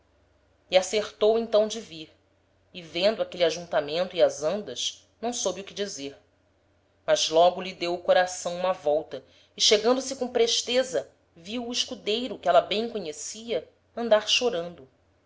e acertou então de vir e vendo aquele ajuntamento e as andas não soube que dizer mas logo lhe deu o coração uma volta e chegando-se com presteza viu o escudeiro que éla bem conhecia andar chorando